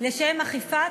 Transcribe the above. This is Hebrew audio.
לשם אכיפת